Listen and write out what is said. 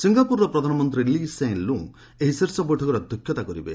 ସିଙ୍ଗାପୁରର ପ୍ରଧାନମନ୍ତ୍ରୀ Lee Hsien Loong ଏହି ଶୀର୍ଷ ବୈଠକରେ ଅଧ୍ୟକ୍ଷତା କରିବେ